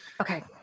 Okay